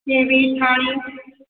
केवी छाड़ी